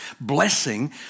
blessing